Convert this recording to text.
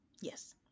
Yes